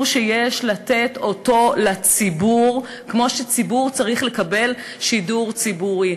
שיש לתת אותו לציבור כמו שציבור צריך לקבל שידור ציבורי,